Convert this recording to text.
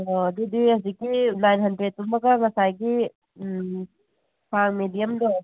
ꯑꯗꯨꯗꯤ ꯍꯣꯖꯤꯛꯀꯤ ꯅꯥꯏꯟ ꯍꯟꯗ꯭ꯔꯦꯗꯇꯨꯃꯒ ꯉꯁꯥꯏꯒꯤ ꯈꯥꯡ ꯃꯦꯗꯤꯌꯝꯗꯣ